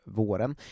våren